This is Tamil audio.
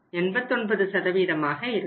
89 ஆக இருக்கும்